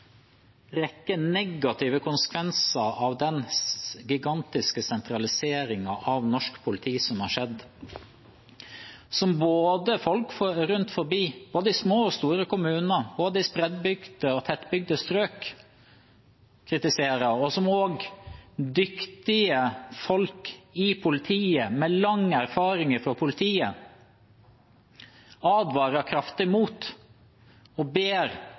negative konsekvenser av den gigantiske sentraliseringen av norsk politi som har skjedd, som folk rundt omkring – i både små og store kommuner, i både spredtbygde og tettbygde strøk – kritiserer, og som også dyktige folk i politiet, med lang erfaring, advarer kraftig mot. De ber